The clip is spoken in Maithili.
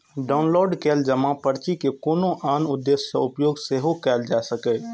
डॉउनलोड कैल जमा पर्ची के कोनो आन उद्देश्य सं उपयोग सेहो कैल जा सकैए